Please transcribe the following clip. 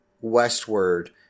westward